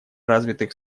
развитых